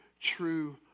true